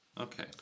Okay